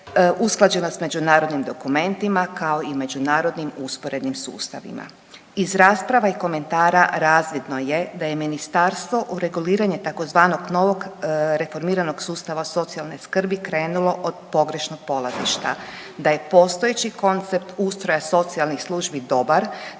usklađeno s međunarodnim dokumentima, kao i međunarodnim usporednim sustavima. Iz rasprava i komentara razvidno je da je ministarstvo u reguliranje tzv. novog reformiranog sustava socijalne skrbi krenulo od pogrešnog polazišta, da je postojeći koncept ustroja socijalnih službi dobar,